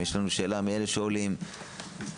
יש שאלה לגבי עולים חדשים.